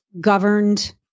governed